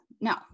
No